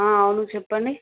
అవును చెప్పండి